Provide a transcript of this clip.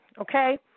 okay